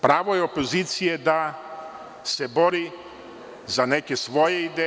Pravo je opozicije da se bori za neke svoje ideje.